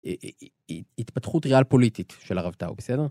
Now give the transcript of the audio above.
התפתחות ריאל פוליטית של הרב תאו, בסדר?